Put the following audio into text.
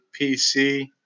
PC